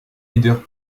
leaders